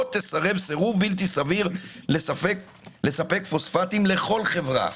תסרב סירוב בלתי סביר לספק פוספטים לכל חברה.